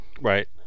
right